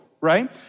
right